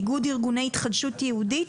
איגוד ארגוני התחדשות יהודית,